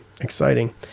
Exciting